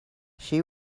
she